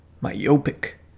myopic